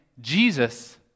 Jesus